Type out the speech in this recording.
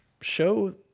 show